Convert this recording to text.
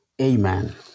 Amen